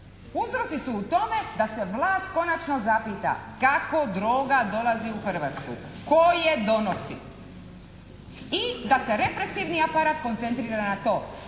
Uzroci su u tome da se vlast konačno zapita, kako droga dolazi u Hrvatsku? Tko je donosi? I da se represivni aparat koncentrira na to